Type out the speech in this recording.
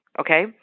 okay